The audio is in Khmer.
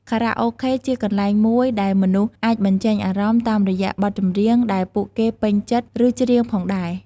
ខារ៉ាអូខេជាកន្លែងមួយដែលមនុស្សអាចបញ្ចេញអារម្មណ៍ តាមរយៈបទចម្រៀងដែលពួកគេពេញចិត្ត ឬច្រៀងផងដែរ។